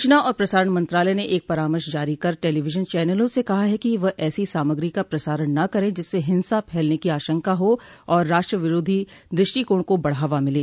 सूचना और प्रसारण मंत्रालय ने एक परामर्श जारी कर टेलीविजन चैनलों से कहा है कि वह ऐसी सामग्री का प्रसारण न करें जिससे हिंसा फैलने की आशंका हो और राष्ट्रविरोधी दृष्टिकोण को बढ़ावा मिले